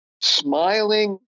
smiling